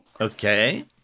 Okay